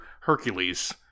Hercules